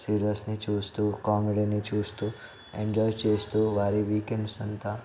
సీరియల్స్ని చూస్తూ కామెడీని చూస్తూ ఎంజాయ్ చేస్తూ వారి వీకెండ్స్ అంతా